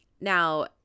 Now